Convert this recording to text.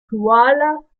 kuala